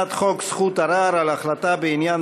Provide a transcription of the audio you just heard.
הצעת חוק זכות ערר על החלטה בעניין